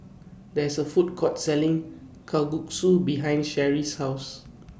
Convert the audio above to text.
There IS A Food Court Selling Kalguksu behind Sherrie's House